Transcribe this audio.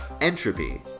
Entropy